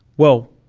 well,